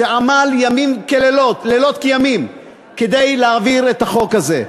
שעבד לילות כימים כדי להעביר את החוק הזה.